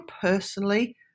personally